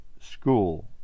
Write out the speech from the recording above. school